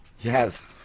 yes